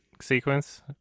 sequence